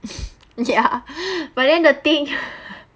ya but then the thing